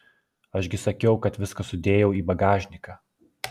aš gi sakiau kad viską sudėjau į bagažniką